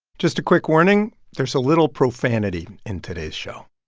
just a quick warning there's a little profanity in today's show